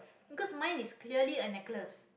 because mine is clearly a necklace